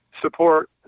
support